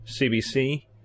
CBC